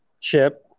chip